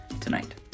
tonight